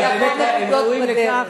אבל באמת הם ראויים לכך.